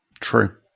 True